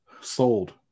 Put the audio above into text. Sold